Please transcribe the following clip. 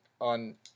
on